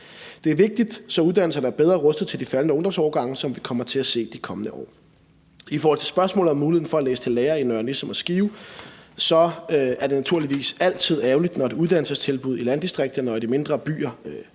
Det er vigtigt, så uddannelserne er bedre rustet til de faldende ungdomsårgange, som vi kommer til at se i de kommende år. I forhold til spørgsmålet om muligheden for at læse til lærer i Nørre Nissum og Skive er det naturligvis altid ærgerligt, når et uddannelsestilbud i landdistrikterne og i de mindre byer